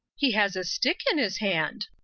he has a stick in his hand.